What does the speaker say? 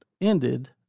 ended